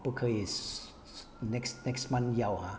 不可以 shu~ shu~ next next month 要 ah